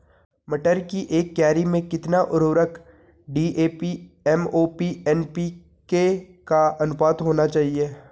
मटर की एक क्यारी में कितना उर्वरक डी.ए.पी एम.ओ.पी एन.पी.के का अनुपात होना चाहिए?